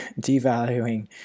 devaluing